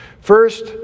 First